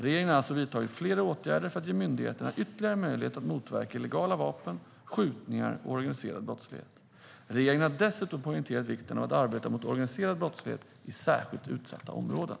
Regeringen har alltså vidtagit flera åtgärder för att ge myndigheterna ytterligare möjligheter att motverka illegala vapen, skjutningar och organiserad brottslighet. Regeringen har dessutom poängterat vikten av att arbeta mot organiserad brottslighet i särskilt utsatta områden.